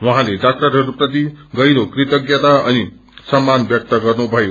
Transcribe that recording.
उहाँले डाक्टरहरूप्रति गहिरो कृतज्ञता अनि सम्मान व्यक्त गर्नुभयो